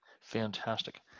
Fantastic